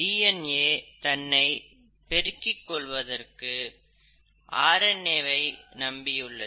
DNA தன்னைப் பெருக்கிக் கொள்வதற்கு ஆர் என் ஏ வை நம்பியுள்ளது